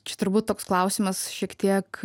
čia turbūt toks klausimas šiek tiek